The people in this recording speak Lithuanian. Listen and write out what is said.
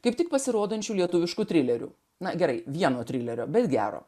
kaip tik pasirodančių lietuviškų trilerių na gerai vieno trilerio bet gero